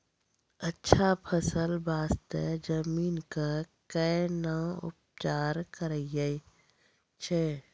अच्छा फसल बास्ते जमीन कऽ कै ना उपचार करैय छै